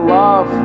love